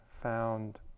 found